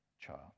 child